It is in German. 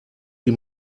die